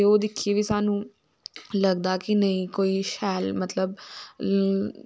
ते ओह् दिक्खियै बी साह्नू लगदा कि नेईं कोई शैल मतलव